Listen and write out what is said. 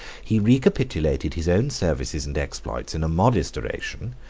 he recapitulated his own services and exploits in a modest oration,